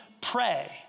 pray